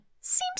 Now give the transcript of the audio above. seems